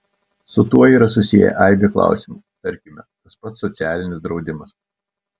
su tuo yra susiję aibė klausimų tarkime tas pats socialinis draudimas